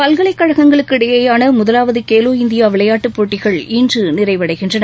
பல்கலைக் கழகங்களுக்கு இடையிலான முதலாவது கேலோ இந்தியா விளையாட்டுப் போட்டிகள் இன்று நிறைவடைகின்றன